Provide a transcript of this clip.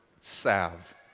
salve